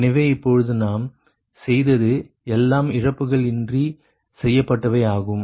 எனவே இப்பொழுது நாம் செய்தது எல்லாம் இழப்புகள் இன்றி செய்யப்பட்டவை ஆகும்